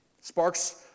sparks